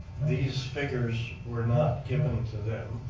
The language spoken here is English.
these figures were not given to them.